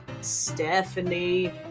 Stephanie